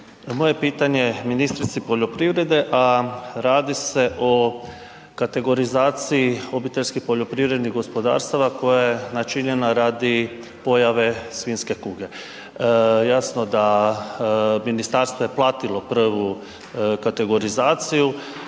Moje pitanje ministrici poljoprivrede a radi se o kategorizaciji obiteljskih poljoprivrednih gospodarstava koja je načinjena radi pojave svinjske kuge. Jasno da ministarstvo je platilo prvu kategorizaciju.